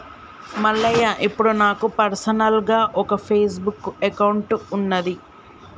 మల్లయ్య ఇప్పుడు నాకు పర్సనల్గా ఒక ఫేస్బుక్ అకౌంట్ ఉన్నది